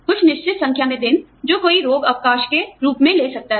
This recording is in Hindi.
कुछ निश्चित संख्या में दिन जो कोई रोग अवकाश के रूप में ले सकता है